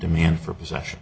demand for possession